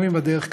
גם אם הדרך קשה,